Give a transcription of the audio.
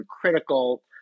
critical